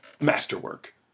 masterwork